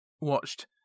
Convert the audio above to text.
watched